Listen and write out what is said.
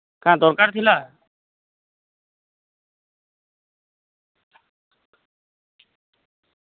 କ'ଣ ଦରକାର ଥିଲା